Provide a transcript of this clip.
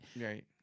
Right